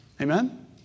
Amen